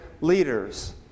leaders